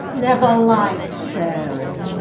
never liked sharing,